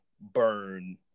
burn